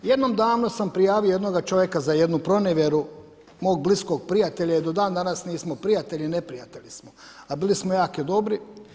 Jednom davno sam prijavio jednoga čovjeka za jednu pronevjeru mog bliskog prijatelja jer do dan danas nismo prijatelji, neprijatelji smo, a bili smo jako dobri.